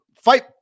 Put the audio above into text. Fight